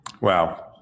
Wow